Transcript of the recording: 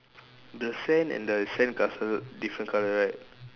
the sand and the sandcastle different colour right